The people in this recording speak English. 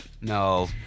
No